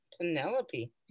Penelope